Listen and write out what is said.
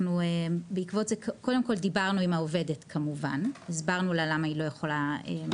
בעקבות זאת דיברנו עם העובדת והסברנו לה למה היא לא יכולה לעלות,